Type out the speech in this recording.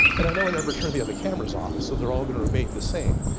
and i know i never turn the other cameras off, so they're all gonna remain the same.